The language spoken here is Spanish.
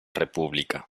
república